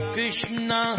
Krishna